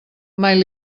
mai